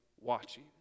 watching